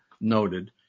noted